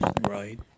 Right